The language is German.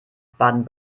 baden